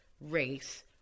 race